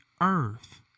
earth